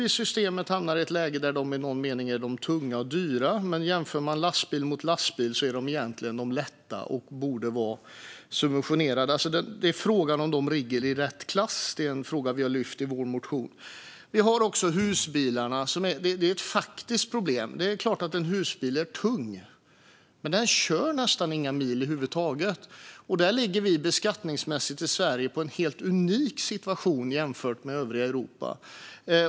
I systemet nu hamnar de i ett läge där de i någon mening räknas som tunga och dyra, men jämfört med andra lastbilar är de egentligen lätta och borde vara subventionerade. Det är alltså frågan om de ligger i rätt klass. Det är en fråga som vi har tagit upp i vår motion. Sedan har vi husbilarna, som är ett faktiskt problem. Det är klart att en husbil är tung, men den körs nästan inga mil över huvud taget. Där ligger vi i Sverige beskattningsvis på en helt unik nivå jämfört med övriga Europa.